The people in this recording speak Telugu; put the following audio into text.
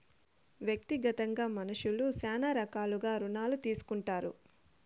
వ్యక్తిగతంగా మనుష్యులు శ్యానా రకాలుగా రుణాలు తీసుకుంటారు